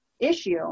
issue